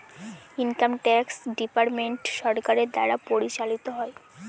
income tax department সরকারের দ্বারা পরিচালিত হয়